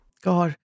God